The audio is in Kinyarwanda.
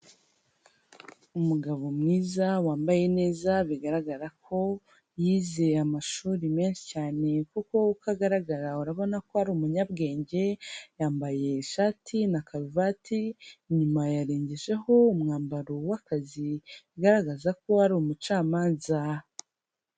Umugabo mwiza wambaye neza bigaragara ko, yize amashuri menshi cyane kuko uko agaragara urabona ko ari umunyabwenge, yambaye ishati na karuvati, inyuma yarengejeho umwambaro w'akazi bigaragaza ko ari umucamanza.